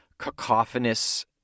cacophonous